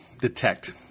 detect